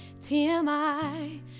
tmi